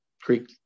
creek